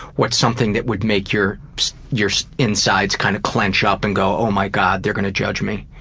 what's something that would make your your insides kind of, clench up and go, oh my god. they're gonna judge me.